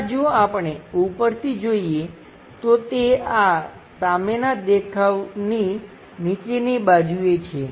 તેમાં જો આપણે ઉપરથી જોઈએ તો તે આ સામેનાં દેખાવની નીચેની બાજુએ છે